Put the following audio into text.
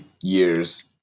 years